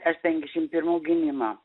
aš penkiasdešimt pirmų gimimo